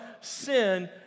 sin